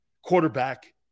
Quarterback